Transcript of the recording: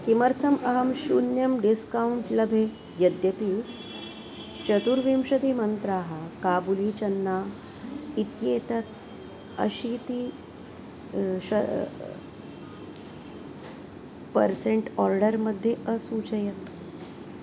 किमर्थम् अहं शून्यं डिस्कौण्ट् लभे यद्यपि चतुर्विंशतिमन्त्राः काबुलीचन्ना इत्येतत् अशीतिः पर्सेण्ट् आर्डर्मध्ये असूचयत्